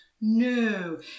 no